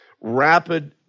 Rapid